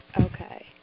Okay